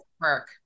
work